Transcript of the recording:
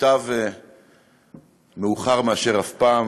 מוטב מאוחר מאשר אף פעם,